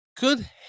Good